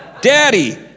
Daddy